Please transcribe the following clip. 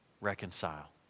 Reconcile